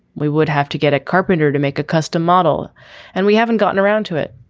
we would have to get a carpenter to make a custom model and we haven't gotten around to it.